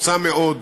רוצה מאוד,